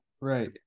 Right